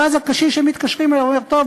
ואז הקשיש שמתקשרים אליו אומר "טוב,